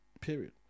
Period